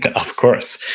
ah of course,